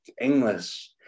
English